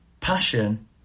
passion